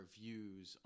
views